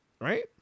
right